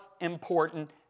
important